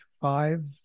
five